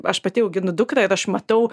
aš pati auginu dukrą ir aš matau